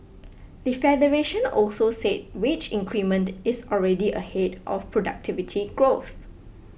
the federation also said wage increment is already ahead of productivity growth